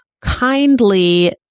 kindly